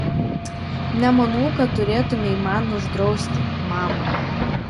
nemanau kad turėtumei man uždrausti mama